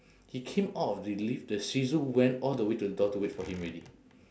he came out of the lift the shih tzu went all the way to the door to wait for him already